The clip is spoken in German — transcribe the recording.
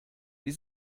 die